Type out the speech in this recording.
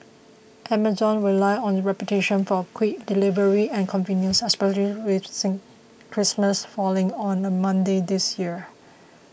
amazon will rely on its reputation for quick delivery and convenience especially with Christmas falling on a Monday this year